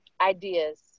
ideas